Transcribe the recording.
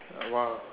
a while